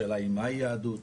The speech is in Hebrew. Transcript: השאלה היא מהי יהדות?